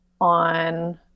on